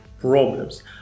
problems